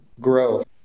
growth